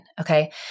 Okay